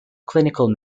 clinical